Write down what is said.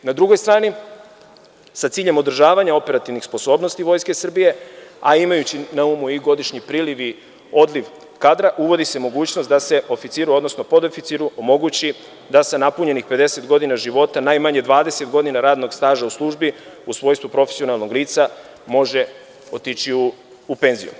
Na drugoj strani, sa ciljem održavanja operativnih sposobnosti Vojske Srbije, a imajući na umu i godišnji priliv i odliv kadra, uvodi se mogućnost da se oficiru, odnosno podoficiru omogući da sa napunjenih 50 godina života i najmanje 20 godina radnog staža u službi u svojstvu profesionalnog lica može otići u penziju.